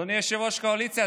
אדוני יושב-ראש הקואליציה,